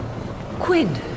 Quinn